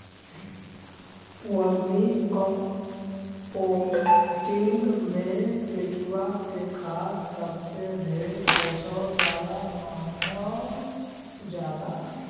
vermicomposting में केचुआ के खाद सबसे ढेर पोषण वाला मानल जाला